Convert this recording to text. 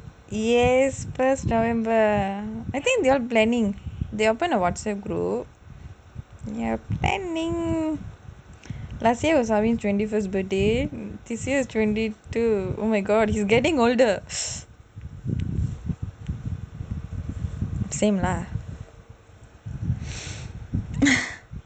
yes first november I think they all planning they open a WhatsApp group ya planning last year was arvin twenty first birthday this year twenty two oh my god he's getting older same lah